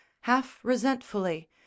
half-resentfully